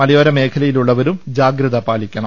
മലയോര മേഖല യിലുള്ളവും ജാഗ്രത പാലിക്കണം